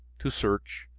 to search,